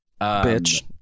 bitch